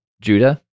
Judah